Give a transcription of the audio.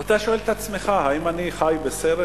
ואתה שואל את עצמך: האם אני חי בסרט?